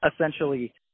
essentially